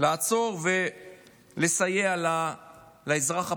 לעצור ולסייע לאזרח הפשוט,